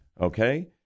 okay